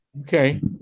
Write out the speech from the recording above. Okay